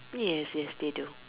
yes yes they do